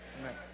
amen